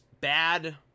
bad